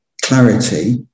clarity